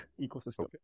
ecosystem